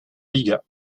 liga